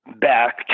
back